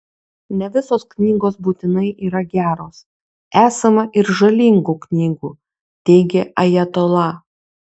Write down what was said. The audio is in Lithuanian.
ne visos knygos būtinai yra geros esama ir žalingų knygų teigė ajatola